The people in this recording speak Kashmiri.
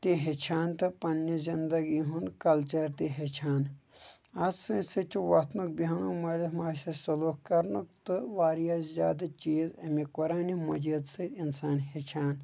تہِ ہیٚچھان تہٕ پنٛنہِ زندگی ہُنٛد کَلچَر تہِ ہیٚچھان اَتھ سۭتۍ سۭتۍ چھُ وَتھنُک بیٚہنُک مٲلِس ماجہِ سۭتۍ سلوٗک کَرنُک تہٕ واریاہ زیادٕ چیٖز اَمہِ قرانِ مجیٖد سۭتۍ اِنسان ہیٚچھان